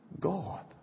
God